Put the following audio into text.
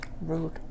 Rude